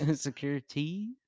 Security